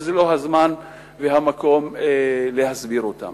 שזה לא הזמן והמקום להסביר אותן